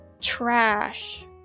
trash